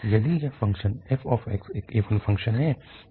अतः यदि यह फ़ंक्शन f एक इवन फ़ंक्शन है